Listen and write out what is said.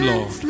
Lord